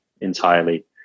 entirely